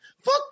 Fuck